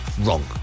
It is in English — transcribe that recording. wrong